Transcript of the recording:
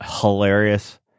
hilarious